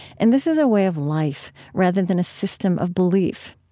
and this is a way of life rather than a system of belief.